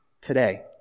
Today